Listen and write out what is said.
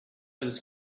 this